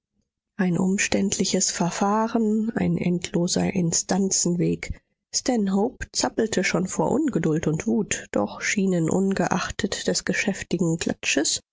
ein umständliches verfahren ein endloser instanzenweg stanhope zappelte schon vor ungeduld und wut doch schienen ungeachtet des geschäftigen klatsches